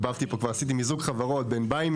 PayPal.